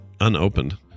unopened